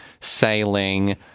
sailing